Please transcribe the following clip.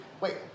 Wait